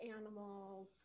animals